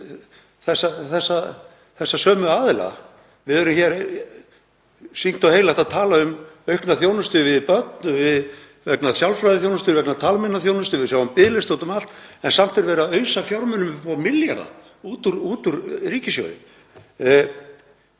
við þessa sömu aðila. Við erum hér sýknt og heilagt að tala um aukna þjónustu við börn vegna sálfræðiþjónustu og talmeinaþjónustu. Við sjáum biðlista úti um allt en samt er verið að ausa fjármunum upp á milljarða út úr ríkissjóði.